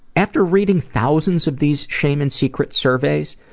after reading thousands of these shame and secrets surveys,